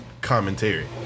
commentary